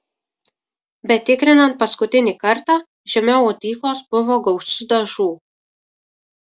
bet tikrinant paskutinį kartą žemiau audyklos buvo gausu dažų